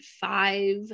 five